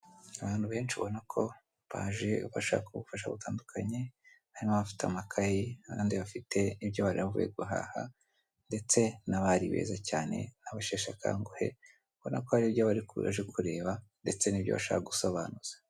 Abantu benshi ubona ko baje bashaka ubufasha butandukanye harimo abafite amakayi n'abandi bafite ibyo bari bavuye guhaha, ndetse n'abari beza cyane n'abasheshakanguhe ubona ko hari ibyo baje kureba ndetse bashaka gusobanuza.